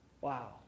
wow